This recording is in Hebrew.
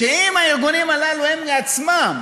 שאם הארגונים הללו רוצים בעצמם